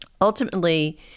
ultimately